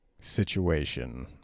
situation